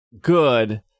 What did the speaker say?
good